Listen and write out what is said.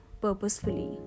purposefully